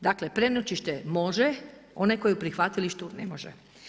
Dakle, prenoćište može, onaj tko je u prihvatilištu ne može.